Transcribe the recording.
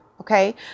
Okay